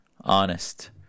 honest